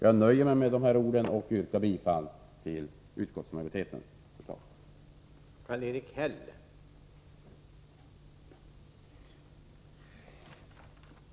Jag nöjer mig därför med detta och yrkar i övrigt bifall till utskottsmajoritetens förslag.